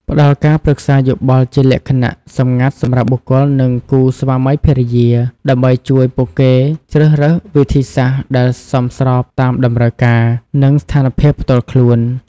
ផ្ដល់ការប្រឹក្សាយោបល់ជាលក្ខណៈសម្ងាត់សម្រាប់បុគ្គល និងគូស្វាមីភរិយា ដើម្បីជួយពួកគេជ្រើសរើសវិធីសាស្ត្រដែលសមស្របតាមតម្រូវការ និងស្ថានភាពផ្ទាល់ខ្លួន ។